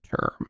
term